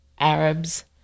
arab's